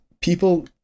People